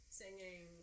singing